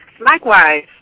Likewise